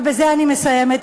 ובזה אני מסיימת,